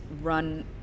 run